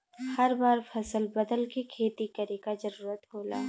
हर बार फसल बदल के खेती करे क जरुरत होला